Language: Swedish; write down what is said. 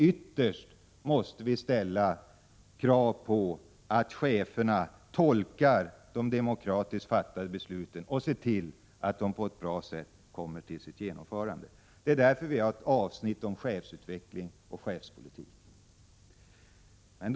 Ytterst måste vi ställa krav på att cheferna tolkar de demokratiskt fattade besluten rätt och ser till att de genomförs på ett bra sätt. Det är därför vi har ett avsnitt i propositionen om chefsutveckling och chefspolitik.